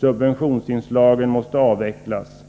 Subventionsinslagen måste avvecklas.